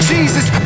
Jesus